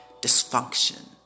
dysfunction